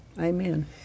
Amen